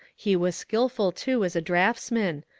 he was skilful too as a draughtsman,